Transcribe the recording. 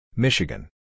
Michigan